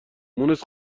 مونس